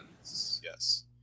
yes